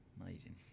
amazing